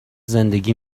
زندگی